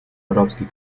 арабский